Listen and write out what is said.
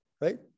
Right